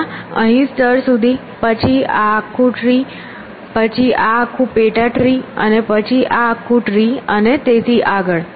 પહેલાં અહીં સ્તર સુધી પછી આ આખું ટ્રી પછી આ આખું પેટા ટ્રી અને પછી આ આખું ટ્રી અને તેથી આગળ